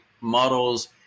models